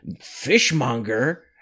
fishmonger